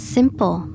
Simple